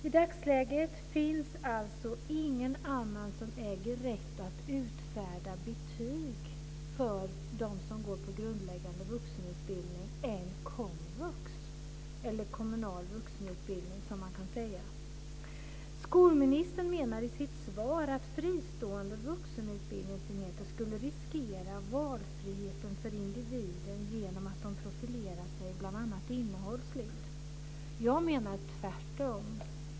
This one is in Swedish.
I dagsläget finns ingen annan än komvux, eller kommunal vuxenutbildning, som äger rätt att utfärda betyg för dem som går på grundläggande vuxenutbildning. Skolministern menar i sitt svar att fristående vuxenutbildningsenheter skulle riskera valfriheten för individen genom att de profilerar sig bl.a. innehållsligt. Jag menar att det är tvärtom.